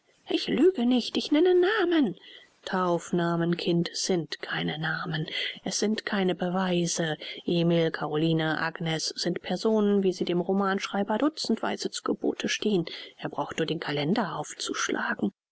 ich lüge nicht ich nenne namen taufnamen kind sind keine namen sind keine beweise emil caroline agnes sind personen wie sie dem romanschreiber dutzendweise zu gebote stehen er braucht nur den kalender aufzuschlagen